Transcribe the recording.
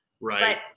Right